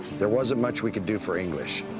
there wasn't much we could do for english.